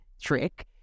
trick